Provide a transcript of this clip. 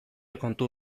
kontu